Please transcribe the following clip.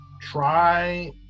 try